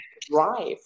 Drive